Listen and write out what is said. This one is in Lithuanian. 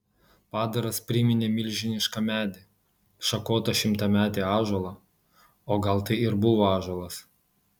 padaras priminė milžinišką medį šakotą šimtametį ąžuolą o gal tai ir buvo ąžuolas